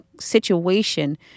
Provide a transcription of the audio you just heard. situation